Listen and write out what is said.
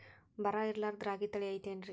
ಬರ ಇರಲಾರದ್ ರಾಗಿ ತಳಿ ಐತೇನ್ರಿ?